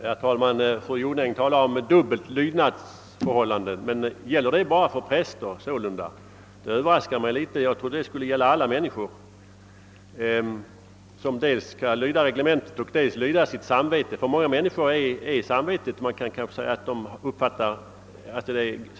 Herr talman! Fru Jonäng talade om ett dubbelt lydnadsförhållande. Är det något som gäller bara för präster? Yttrandet överraskade mig litet, ty jag trodde att ett sådant förhållande skulle gälla för alla människor som dels skall lyda reglementet, dels leva efter sitt samvete. Många människor uppfattar samvetet på samma sätt som andra människor uppfattar Gud.